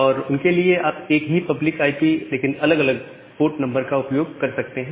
और उनके लिए आप एक ही पब्लिक आईपी लेकिन अलग अलग पोर्ट नंबर का उपयोग कर सकते हैं